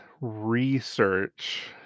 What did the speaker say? research